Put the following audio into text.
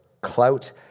clout